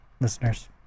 listeners